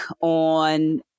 on